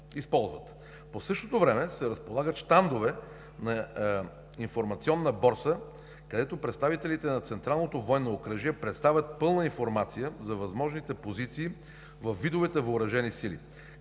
По същото време се разполагат щандове на информационна борса, където представителите на Централното военно окръжие представят пълна информация за възможните позиции във видовете въоръжени сили.